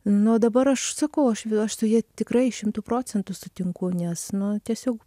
nu o dabar aš sakau aš aš su ja tikrai šimtu procentų sutinku nes nu tiesiog